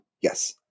Yes